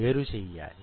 వేరు చెయ్యాలి